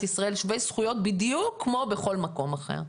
ישראל שווי זכויות בדיוק כמו בכל מקום אחר.